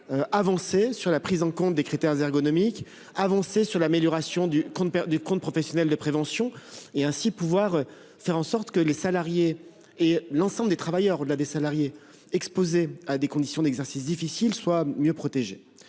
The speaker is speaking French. d'avancer sur la prise en compte des critères ergonomiques comme sur l'amélioration du compte professionnel de prévention et, ainsi, de faire en sorte que les salariés et, au-delà, l'ensemble des travailleurs exposés à des conditions d'exercice difficiles soient mieux protégés.